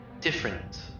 different